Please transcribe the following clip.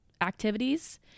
activities